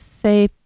Say